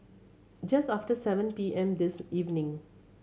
just after seven P M this evening